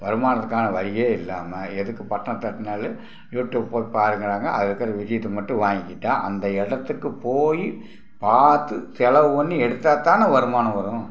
வருமானத்துக்கான வழியே இல்லாமல் எதுக்கு பட்டனை தட்டினாலே யூடியூப் போய் பாருங்கிறாங்க அதில் இருக்கிற விஷயத்தை மட்டும் வாங்கிக்கிட்டால் அந்த இடத்துக்கு போய் பார்த்து செலவு பண்ணி எடுத்தால் தானே வருமானம் வரும்